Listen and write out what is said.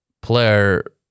player